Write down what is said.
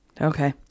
Okay